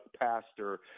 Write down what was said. pastor